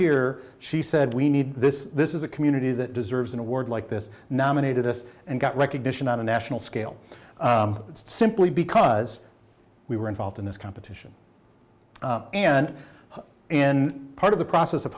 here she said we need this this is a community that deserves an award like this nominated us and got recognition on a national scale simply because we were involved in this competition and in part of the process of